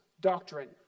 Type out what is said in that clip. doctrine